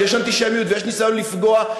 כשיש אנטישמיות ויש ניסיון לפגוע.